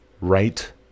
right